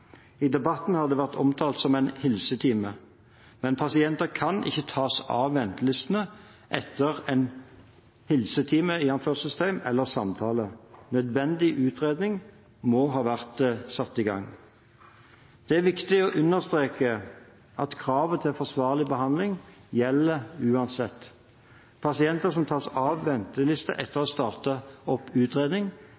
I debatten har dette vært omtalt som en hilse-time. Men pasienten kan ikke tas ut av ventelistene etter en hilse-time eller samtale. Nødvendig utredning må ha vært satt i gang. Det er viktig å understreke at kravet til forsvarlig behandling gjelder uansett. Pasienter som tas ut av venteliste etter